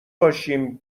باشیم